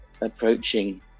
approaching